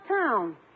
town